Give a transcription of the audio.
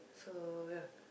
so ya